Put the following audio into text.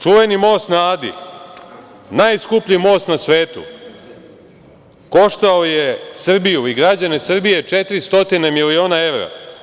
Čuveni most na Adi, najskuplji most na svetu, koštao je Srbiju i građane Srbije 400 miliona evra.